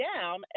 down